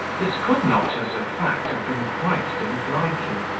this could not, as a fact, have been quite to his liking.